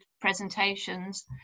presentations